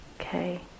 okay